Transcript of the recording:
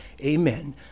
amen